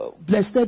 Blessed